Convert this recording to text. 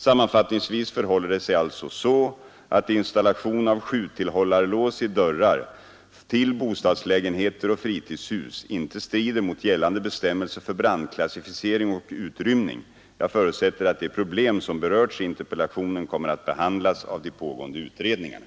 Sammanfattningsvis förhåller det sig alltså så att installation av sjutillhållarlås i dörrar till bostadslägenheter och fritidshus inte strider mot gällande bestämmelser för brandklassificering och utrymning. Jag förutsätter att de problem, som berörts i interpellationen, kommer att behandlas av de pågående utredningarna.